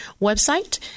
website